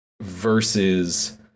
versus